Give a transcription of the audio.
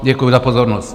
Děkuji za pozornost.